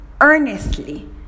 earnestly